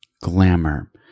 glamour